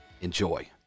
Enjoy